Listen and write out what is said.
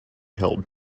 held